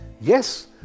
Yes